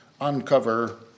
uncover